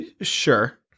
Sure